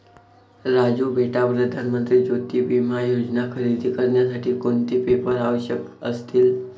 राजू बेटा प्रधान मंत्री ज्योती विमा योजना खरेदी करण्यासाठी कोणते पेपर आवश्यक असतील?